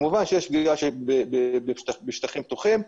כמובן שיש פגיעה בשטחים פתוחים.